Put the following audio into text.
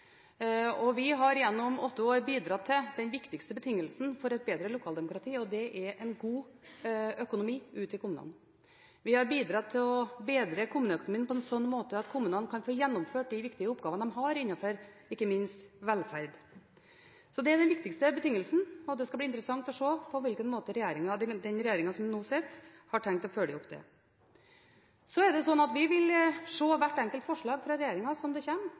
er en god økonomi ute i kommunene. Vi har bidratt til å bedre kommuneøkonomien på en slik måte at kommunene kan få gjennomført de viktige oppgavene de har innenfor ikke minst velferd. Så det er den viktigste betingelsen, og det skal bli interessant å se på hvilken måte den regjeringen som nå sitter, har tenkt å følge opp det. Vi vil se hvert enkelt forslag fra regjeringen etter hvert som det